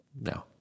No